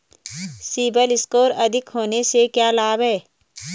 CIBIL score अधिक होने से क्या लाभ हैं?